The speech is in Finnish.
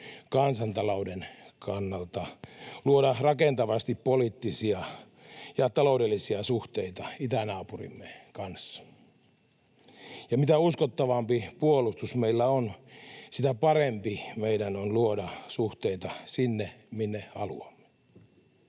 kansantalouden kannalta, luoda rakentavasti poliittisia ja taloudellisia suhteita itänaapurimme kanssa. Ja mitä uskottavampi puolustus meillä on, sitä parempi meidän on luoda suhteita sinne, minne haluamme.